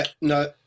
No